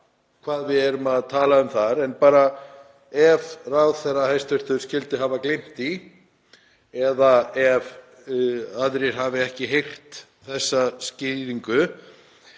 hvað við erum að tala um þar en bara ef hæstv. ráðherra skyldi hafa gleymt því eða ef aðrir hafa ekki heyrt þessa skýringu